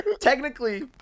Technically